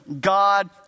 God